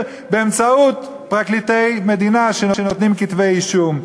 באמצעות פרקליטי מדינה שנותנים כתבי-אישום.